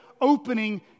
opening